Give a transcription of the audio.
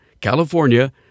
California